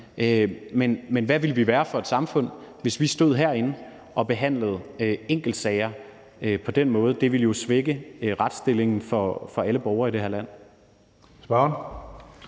Men hvad ville vi være for et samfund, hvis vi stod herinde og behandlede enkeltsager på den måde? Det ville jo svække retsstillingen for alle borgere i det her land.